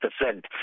percent